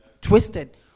Twisted